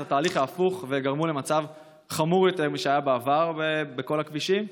את התהליך ההפוך וגרמו למצב חמור משהיה בעבר בכל הכבישים.